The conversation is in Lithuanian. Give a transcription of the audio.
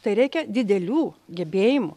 tai reikia didelių gebėjimų